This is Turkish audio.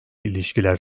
ilişkiler